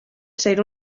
ser